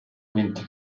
venti